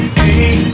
hey